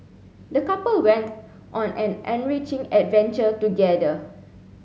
the couple went on an enriching adventure together